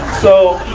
so,